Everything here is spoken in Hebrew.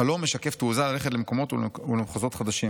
החלום משקף תעוזה ללכת למקומות ולמחוזות חדשים